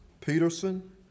Peterson